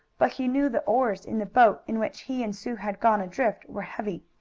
but he knew the oars in the boat in which he and sue had gone adrift were heavy,